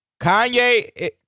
Kanye